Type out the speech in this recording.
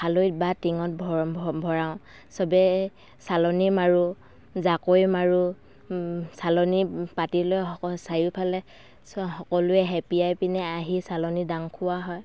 খালৈত বা টিঙত ভৰাও চবেই চালনি মাৰোঁ জাকৈ মাৰোঁ চালনি পাতি লৈ সক চাৰিওফালে চ' সকলোৱে সেপিয়াই পিনে আহি চালনি দাং খুওৱা হয়